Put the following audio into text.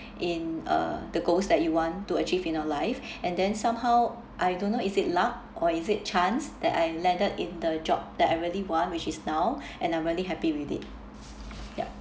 in uh the goals that you want to achieve in your life and then somehow I don't know is it luck or is it chance that I landed in the job that I really want which is now and I'm really happy with it yup